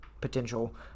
potential